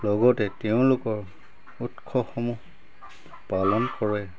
লগতে তেওঁলোকৰ উৎসবসমূহ পালন কৰে